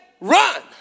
Run